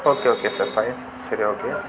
okay okay sir fine சரி okay